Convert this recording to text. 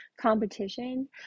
competition